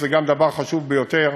שזה גם דבר חשוב ביותר,